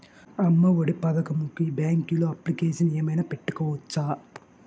అమ్మ ఒడి పథకంకి బ్యాంకులో అప్లికేషన్ ఏమైనా పెట్టుకోవచ్చా?